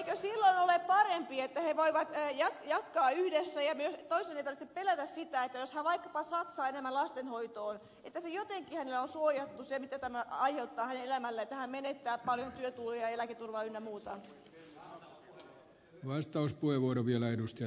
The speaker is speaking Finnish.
eikö silloin ole parempi että he voivat jatkaa yhdessä ja toisen ei tarvitse pelätä niitä menetyksiä jos hän vaikkapa satsaa enemmän lastenhoitoon että hänelle jotenkin olisi suojattu se mitä tämä aiheuttaa hänen elämälleen kun hän menettää paljon työtuloja ja eläketurvaa ynnä muuta